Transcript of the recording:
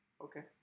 okay